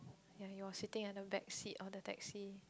ya he was sitting at the back of the taxi